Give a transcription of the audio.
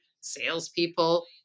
Salespeople